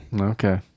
Okay